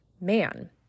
man